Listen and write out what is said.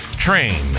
Train